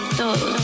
todo